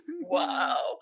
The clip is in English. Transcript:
wow